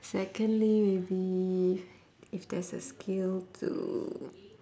secondly will be if there's a skill to